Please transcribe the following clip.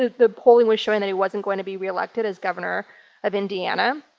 ah the polling was showing that he wasn't going to be re-elected as governor of indiana.